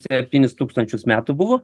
septynis tūkstančius metų buvo